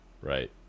Right